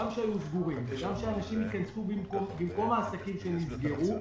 גם שהיו סגורים וגם שאנשים ייכנסו במקום העסקים שנסגרו,